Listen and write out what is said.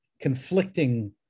conflicting